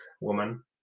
woman